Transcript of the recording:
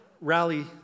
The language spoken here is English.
rally